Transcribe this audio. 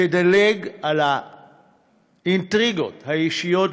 תדלג על האינטריגות האישיות,